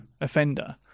offender